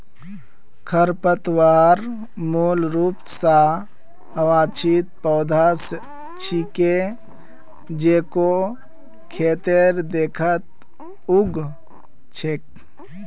खरपतवार मूल रूप स अवांछित पौधा छिके जेको खेतेर खेतत उग छेक